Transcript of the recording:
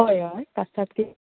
हय हय कास्ताद किचन